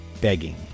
begging